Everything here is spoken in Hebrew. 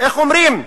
איך אומרים?